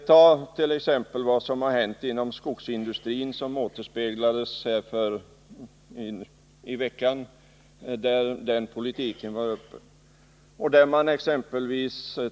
Ta t.ex. vad som hänt inom skogsindustrin och som återspeglades här i veckan!